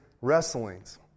wrestlings